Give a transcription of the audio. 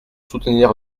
soutenir